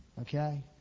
Okay